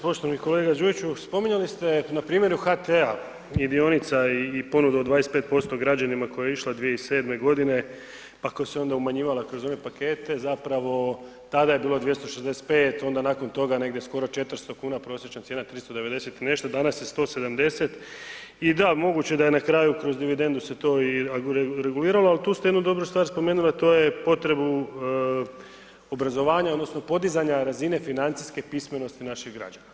Poštovani kolega Đujiću, spominjali ste na primjeru HT-a i dionica i ponuda od 25% građanima koja je išla 2007. godine pa koja se onda umanjivala kroz ove pakete, zapravo, tada je bilo 265, onda nakon toga negdje skoro 400 kn prosječna cijena 390 i nešto, danas je 170 i da, moguće da je na kraju kroz dividendu se to i reguliralo, ali tu ste jednu dobru stvar spomenuli, a to je potrebu obrazovanja odnosno podizanja razine financijske pismenosti naših građana.